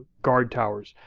guard towers.